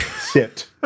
sit